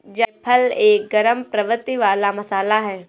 जायफल एक गरम प्रवृत्ति वाला मसाला है